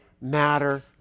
matter